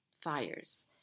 fires